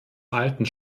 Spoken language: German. alten